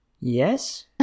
Yes